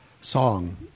song